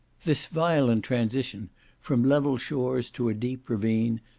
this violent transition from level shores to a deep ravine,